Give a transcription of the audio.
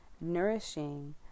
nourishing